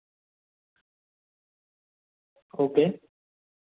okay